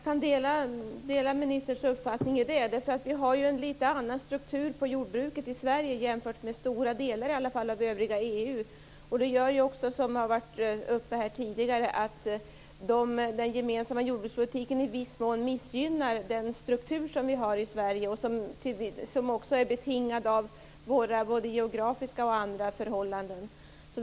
Fru talman! Jag kan dela ministerns uppfattning om det. Vi har en litet annan struktur på jordbruket i Sverige jämfört med stora delar av övriga EU. Det gör också, vilket har varit uppe tidigare, att den gemensamma jordbrukspolitiken i viss mån missgynnar den struktur som vi har i Sverige, vilken är betingad av både våra geografiska och andra förhållanden.